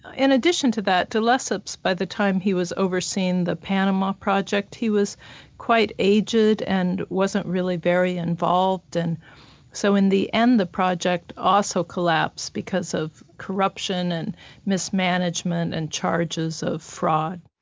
in addition to that, de lesseps, by the time he was overseeing the panama project, he was quite aged and wasn't really very involved and so in the end the project also collapsed because of corruption and mismanagement and charges of fraud.